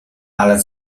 ale